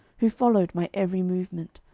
who followed my every movement,